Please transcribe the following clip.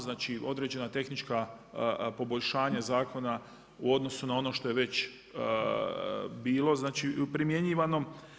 Znači određena tehnička poboljšanja zakona u odnosu na ono što je već bilo primjenjivano.